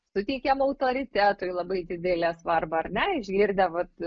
suteikiam autoritetui labai didelę svarbą ar ne išgirdę vat